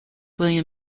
william